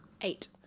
Eight